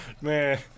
Man